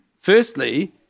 Firstly